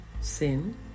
sin